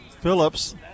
Phillips